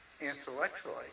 intellectually